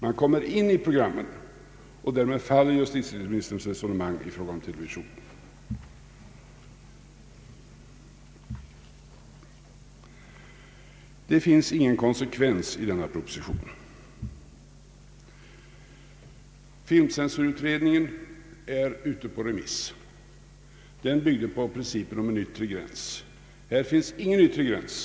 Man kommer in i ett program och därmed faller justitieministerns resonemang i fråga om televisionen. Det finns ingen konsekvens i denna proposition. Filmcensurutredningen är ute på remiss. Den bygger på principen om en yttre gräns. Här finns ingen gräns.